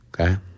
Okay